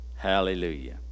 Hallelujah